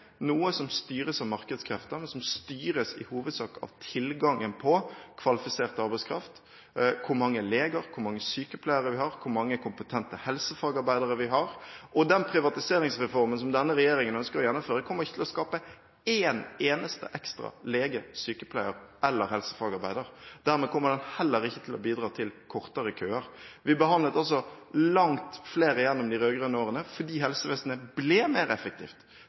noe som styres av markedskrefter, men som i hovedsak styres av tilgangen på kvalifisert arbeidskraft, hvor mange leger vi har, hvor mange sykepleiere vi har, og hvor mange kompetente helsefagarbeidere vi har. Den privatiseringsreformen denne regjeringen ønsker å gjennomføre, kommer ikke til å skape én eneste ekstra lege, sykepleier eller helsefagarbeider. Dermed kommer den heller ikke til å bidra til kortere køer. Vi behandlet altså langt flere gjennom de rød-grønne årene fordi helsevesenet ble mer effektivt.